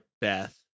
Beth